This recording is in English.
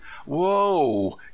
Whoa